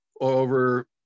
over